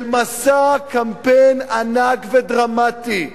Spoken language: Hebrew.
מסע קמפיין ענק ודרמטי,